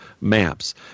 maps